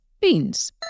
beans